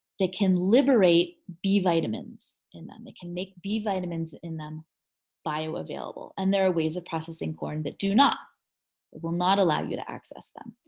that can liberate b vitamins in them. it can make b vitamins in them bioavailable and there are ways of processing corn that do not. they will not allow you to access them.